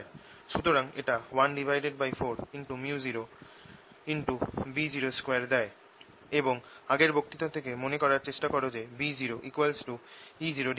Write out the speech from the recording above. সুতরাং এটা 14µ0B02 দেয় এবং আগের বক্তৃতা থেকে মনে করার চেষ্টা কর যে B0 E0C